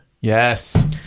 yes